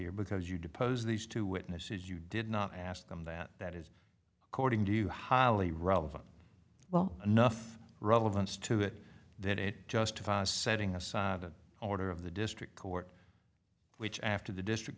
e because you depose these two witnesses you did not ask them that that is according to you highly relevant well enough relevance to it that it justifies setting aside an order of the district court which after the district